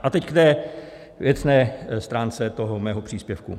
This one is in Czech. A teď k věcné stránce toho mého příspěvku.